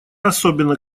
особенно